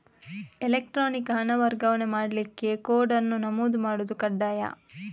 electronic ಹಣ ವರ್ಗಾವಣೆ ಮಾಡ್ಲಿಕ್ಕೆ ಕೋಡ್ ಅನ್ನು ನಮೂದು ಮಾಡುದು ಕಡ್ಡಾಯ